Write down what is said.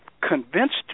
convinced